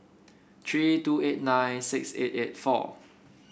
three two eight nine six eight eight four